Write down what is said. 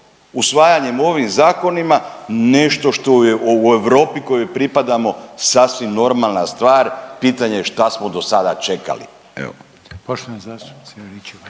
usvajanjem ovim zakonima nešto što je u Europi kojoj pripadamo sasvim normalna stvar, pitanje je šta smo dosada čekali,